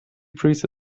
breeze